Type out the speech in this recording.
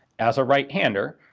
as a right hander,